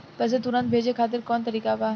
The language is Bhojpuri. पैसे तुरंत भेजे खातिर कौन तरीका बा?